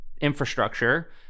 infrastructure